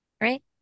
right